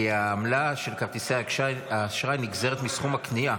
כי העמלה של כרטיסי האשראי נגזרת מסכום הקנייה.